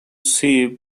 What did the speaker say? see